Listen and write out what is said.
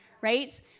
right